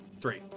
three